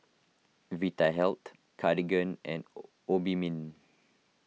Vitahealth Cartigain and Obimin